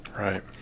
right